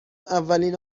اولین